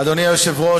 אדוני היושב-ראש,